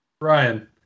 Ryan